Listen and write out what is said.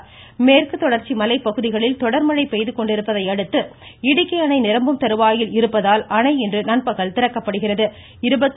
மழை இடுக்கி மேற்கு தொடர்ச்சி மலைப்பகுதிகளில் தொடர் மழை பெய்துகொண்டிருப்பதை அடுத்து இடுக்கி அணை நிரம்பும் தருவாயில் இருப்பதால் அணை இன்று நண்பகல் திறக்கப்பட்டுள்ளது